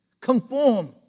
conform